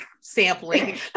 sampling